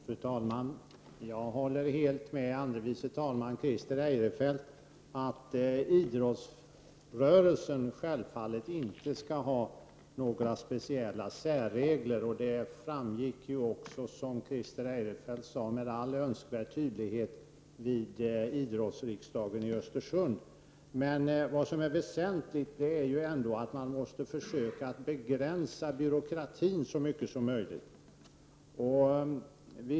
Fru talman! Jag håller helt med andre vice talman Christer Eirefelt om att idrottsrörelsen självfallet inte skall ha några speciella särregler, vilket också framgick — som Christer Eirefelt sade — med all önskvärd tydlighet vid idrottsriksdagen i Östersund. Det väsentliga är ändå att man måste försöka att begränsa byråkratin så mycket som möjligt.